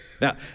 Now